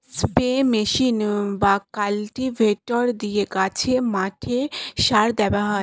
spray machine বা cultivator দিয়ে গাছে, মাঠে সার দেওয়া হয়